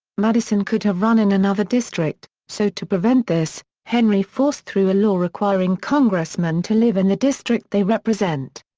madison could have run in another district, so to prevent this, henry forced through a law requiring congressmen to live in the district they represent.